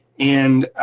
and